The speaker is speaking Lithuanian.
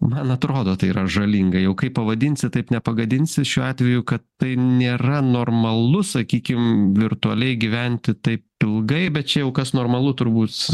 man atrodo tai yra žalinga jau kaip pavadinsi taip nepagadinsi šiuo atveju kad tai nėra normalu sakykim virtualiai gyventi taip ilgai bet čia jau kas normalu turbūt